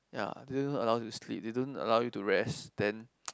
ya they don't allow you to sleep they don't allow you to rest then